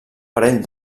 parell